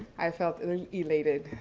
i felt elated.